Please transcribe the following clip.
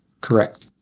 Correct